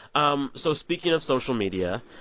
um so speaking of social media,